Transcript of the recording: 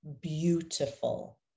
beautiful